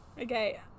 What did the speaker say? Okay